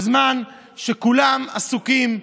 בזמן שכולם עסוקים.